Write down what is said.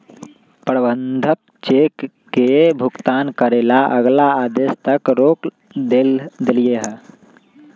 प्रबंधक चेक के भुगतान करे ला अगला आदेश तक रोक देलई ह